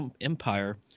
Empire